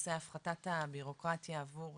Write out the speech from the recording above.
בנושא הפחתת הבירוקרטיה עבור